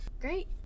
Great